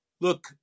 Look